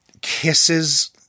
kisses